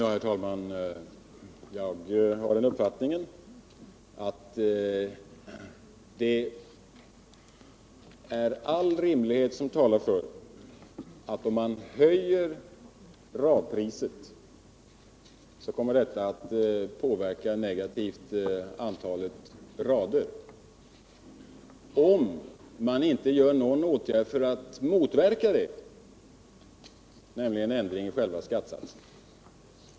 Herr talman! Jag har den uppfattningen att all rimlighet talar för att om man höjer radpriset kommer detta att negativt påverka antalet rader, om man inte vidtar någon åtgärd för att motverka det, nämligen en ändring av själva skattesatsen.